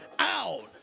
out